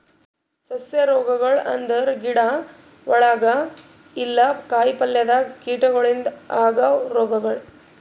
ಸಸ್ಯ ರೋಗಗೊಳ್ ಅಂದುರ್ ಗಿಡ ಒಳಗ ಇಲ್ಲಾ ಕಾಯಿ ಪಲ್ಯದಾಗ್ ಕೀಟಗೊಳಿಂದ್ ಆಗವ್ ರೋಗಗೊಳ್